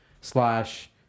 slash